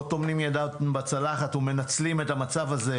טומנים ידם בצלחת ומנצלים את המצב הזה.